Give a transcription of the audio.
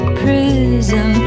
prism